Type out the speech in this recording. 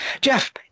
Jeff